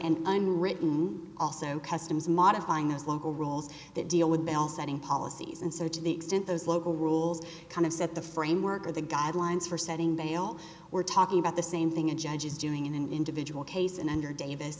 and unwritten rule also customs modifying those local rules that deal with mail setting policies and so to the extent those local rules kind of set the framework or the guidelines for setting bail we're talking about the same thing a judge is doing in an individual case and under davis